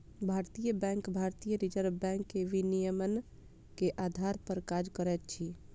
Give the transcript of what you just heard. भारतीय बैंक भारतीय reserve bank के विनियमन के आधार पर काज करैत अछि